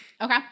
Okay